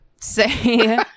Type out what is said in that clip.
say